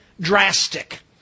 drastic